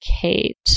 Kate